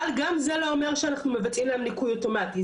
אבל גם זה לא אומר שאנחנו מבצעים להם ניכוי אוטומטי,